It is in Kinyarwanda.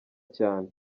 cyane